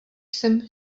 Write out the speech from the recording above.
jsem